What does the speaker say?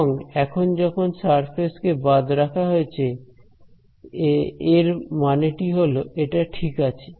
এবং এখন যখন সারফেস কে বাদ রাখা হয়েছে এস এর মানেটি হল এটা ঠিক আছে